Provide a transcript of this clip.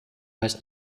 heißt